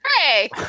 Hey